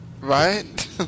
Right